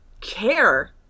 care